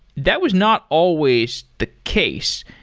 that was not always the case.